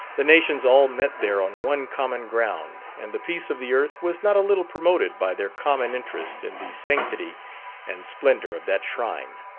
the nations all met there on one common ground, and the peace of the earth was not a little promoted by their common interest in the sanctity and splendour of that shrine.